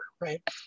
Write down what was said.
right